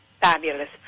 fabulous